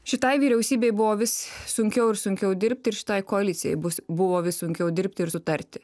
šitai vyriausybei buvo vis sunkiau ir sunkiau dirbti ir šitai koalicijai bus buvo vis sunkiau dirbti ir sutarti